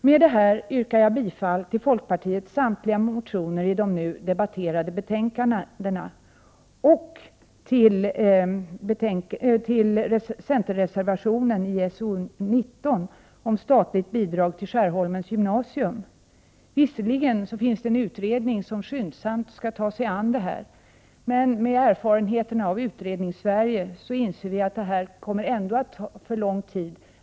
Med det anförda yrkar jag bifall till samtliga reservationer av folkpartiet som fogats till de betänkanden från socialutskottet som nu debatteras samt till centerns reservation 7 i socialutskottets betänkande 19 om statligt bidrag till Skärholmens gymnasium. Visserligen har en utredning tillsatts som skyndsamt skall ta sig an detta, men med de erfarenheter som vi har av Utredningssverige inser vi att det kommer att ta för lång tid.